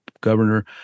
governor